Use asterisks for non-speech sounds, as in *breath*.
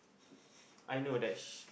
*breath* I know that she